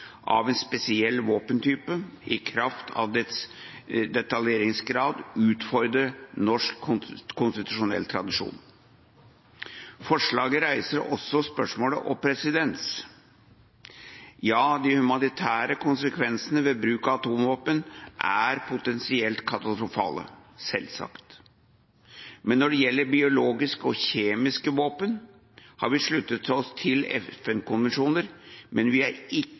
av en spesiell våpentype, i kraft av sin detaljeringsgrad utfordre norsk konstitusjonell tradisjon. Forslaget reiser også spørsmålet om presedens. Ja, de humanitære konsekvensene ved bruk av atomvåpen er potensielt katastrofale, selvsagt. Når det gjelder biologiske og kjemiske våpen, har vi sluttet oss til FN-konvensjoner – men vi har ikke